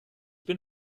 bin